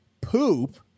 poop